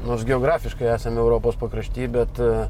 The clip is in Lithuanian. nors geografiškai esame europos pakrašty bet